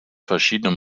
verschiedene